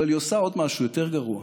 אבל היא עושה עוד משהו יותר גרוע: